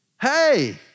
Hey